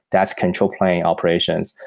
that's control plane operations.